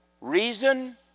reason